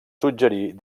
suggerir